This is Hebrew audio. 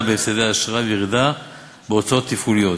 בהפסדי האשראי וירידה בהוצאות התפעוליות.